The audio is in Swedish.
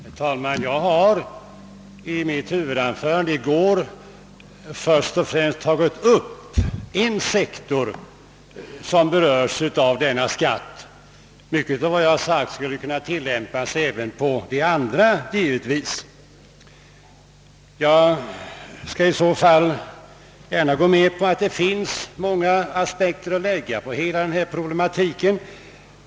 Herr talman! Jag har i mitt huvud anförande i går först och främst tagit upp en sektor. som berörs av denna skatt. Mycket av vad jag har sagt skulle givetvis kunna tillämpas även på andra sektorer. Jag skall i så fall gärna gå med på att det finns många aspekter att lägga på hela denna problematik.